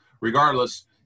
Regardless